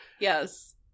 Yes